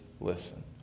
listen